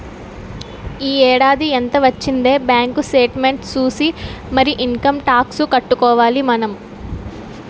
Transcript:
ఈ ఏడాది ఎంత వొచ్చిందే బాంకు సేట్మెంట్ సూసి మరీ ఇంకమ్ టాక్సు కట్టుకోవాలి మనం